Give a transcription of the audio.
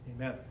amen